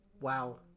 Wow